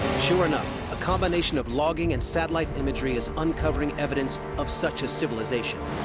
sure enough, a combination of logging and satellite imagery is uncovering evidence of such a civilization.